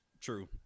True